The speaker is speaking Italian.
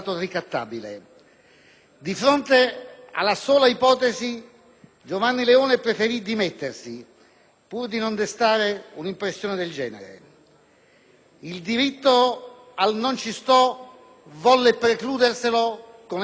Di fronte alla sola ipotesi, Giovanni Leone preferì dimettersi, pur di non destare un'impressione del genere. Il diritto al «non ci sto» volle precluderselo con estrema fermezza